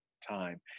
time